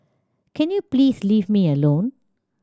can you please leave me alone